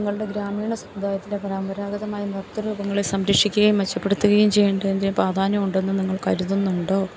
നിങ്ങളുടെ ഗ്രാമീണ സമുദായത്തിലെ പരമ്പരാഗതമായി നൃത്ത രൂപങ്ങളെ സംരക്ഷിക്കുകയും മെച്ചപ്പെടുത്തുകയും ചെയ്യേണ്ടതിൻ്റെ പ്രാധാന്യം ഉണ്ടെന്ന് നിങ്ങൾ കരുതുന്നുണ്ടോ